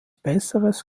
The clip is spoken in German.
besseres